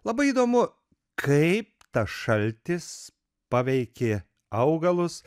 labai įdomu kaip tas šaltis paveikė augalus